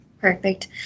Perfect